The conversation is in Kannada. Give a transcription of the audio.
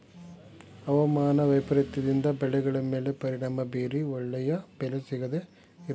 ಅವಮಾನ ವೈಪರೀತ್ಯದಿಂದ ಬೆಳೆಗಳ ಮೇಲೆ ಪರಿಣಾಮ ಬೀರಿ ಒಳ್ಳೆಯ ಬೆಲೆ ಸಿಗದೇ ಇರಬೋದು